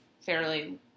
fairly